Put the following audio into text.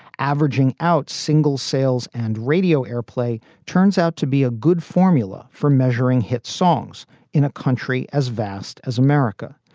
averaging out singles sales and radio airplay turns out to be a good formula for measuring hit songs in a country as vast as america.